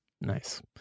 nice